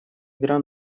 игра